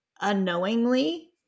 unknowingly